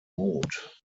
mut